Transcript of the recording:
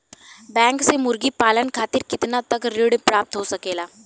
Bank से मुर्गी पालन खातिर कितना तक ऋण प्राप्त हो सकेला?